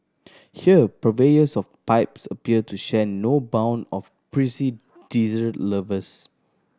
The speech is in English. here purveyors of pipes appear to share no bond of prissy dessert lovers